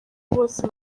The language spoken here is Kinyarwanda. bose